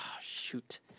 shoot